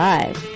Live